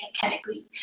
category